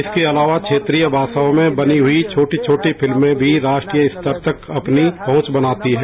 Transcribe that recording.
इसके अलावा क्षेत्रीय भाषाओं में बनी हुई छोटी छोटी फिल्में भी राष्ट्रीय स्तर तक अपनी पहुंच बनाती हैं